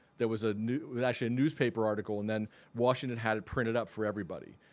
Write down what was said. there was a new actually a newspaper article and then washington had it printed up for everybody.